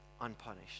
unpunished